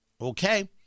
okay